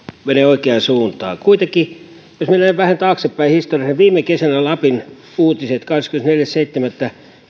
menee oikeaan suuntaan kuitenkin jos mennään vähän taaksepäin historiaa niin viime kesänä lapin uutiset kahdeskymmenesneljäs seitsemättä